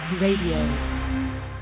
Radio